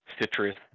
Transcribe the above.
citrus